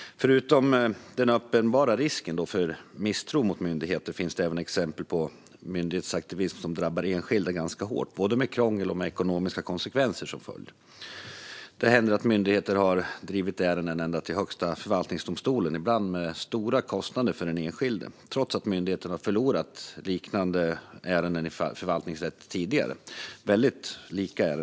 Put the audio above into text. Förutom den uppenbara risken för misstro mot myndigheter finns det även exempel på myndighetsaktivism som drabbar enskilda ganska hårt, både med krångel och med ekonomiska konsekvenser som följd. Det har hänt att myndigheter har drivit ärenden ända till Högsta förvaltningsdomstolen, ibland med stora kostnader för den enskilde, trots att myndigheten har förlorat liknande ärenden i förvaltningsrätten tidigare.